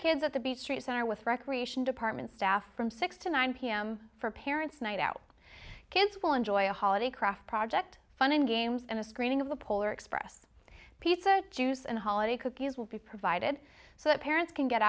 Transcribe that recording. kids at the beach street center with recreation department staff from six to nine pm for parents night out kids will enjoy a holiday craft project fun and games and a screening of the polar express pizza juice and holiday cookies will be provided so that parents can get